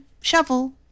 shovel